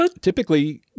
typically